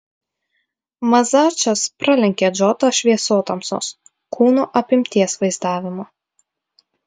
mazačas pralenkė džotą šviesotamsos kūno apimties vaizdavimu